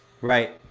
Right